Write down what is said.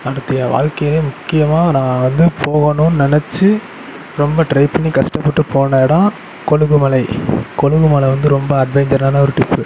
அடுத்து என் வாழ்க்கைலேயே முக்கியமாக நான் வந்து போகணுன்னு நெனைச்சி ரொம்ப ட்ரை பண்ணி கஷ்டப்பட்டு போன எடம் கொழுகுமலை கொழுகுமலை வந்து ரொம்ப அட்வென்ச்சரான ஒரு டிப்பு